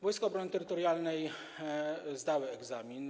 Wojska Obrony Terytorialnej zdały egzamin.